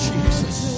Jesus